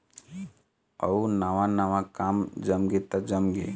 अउ नवा नवा काम जमगे त जमगे